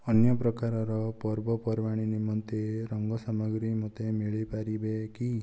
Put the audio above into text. ଅନ୍ୟ ପ୍ରକାରର ପର୍ବପର୍ବାଣି ନିମନ୍ତେ ରଙ୍ଗ ସାମଗ୍ରୀ ମୋତେ ମିଳିପାରିବେ କି